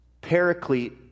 paraclete